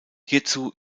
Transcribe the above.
hierzu